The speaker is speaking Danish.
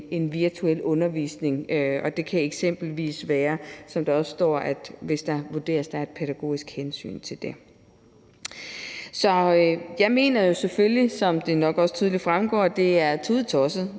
en virtuel undervisning, og det kan eksempelvis være, som der også står, hvis det vurderes, at der er et pædagogisk hensyn til det. Så jeg mener jo selvfølgelig, som det nok også tydeligt fremgår, at det er tudetosset,